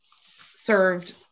served